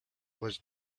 was